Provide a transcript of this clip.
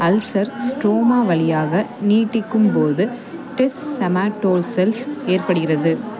ulcer stroma வலியாக நீட்டிக்கும்போது டெஸ்செமாட்டோல்செல்ஸ் ஏற்படுகிறது